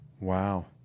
Wow